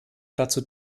dazu